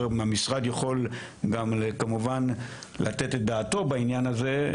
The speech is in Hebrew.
אם המשרד יכול גם כמובן לתת את דעתו בעניין הזה,